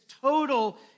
total